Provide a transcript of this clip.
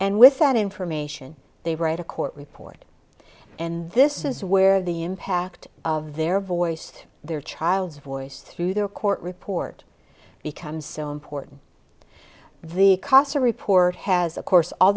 and with that information they write a court report and this is where the impact of their voice their child's voice through their court report becomes so important the casa report has of course all